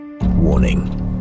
Warning